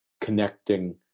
connecting